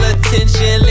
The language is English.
attention